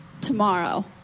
tomorrow